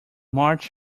march